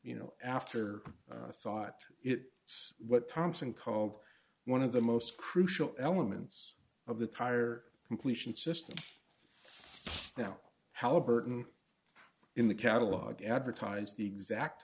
you know after thought it it's what thomson called one of the most crucial elements of the tire completion system now how burton in the catalogue advertised the exact